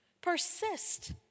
Persist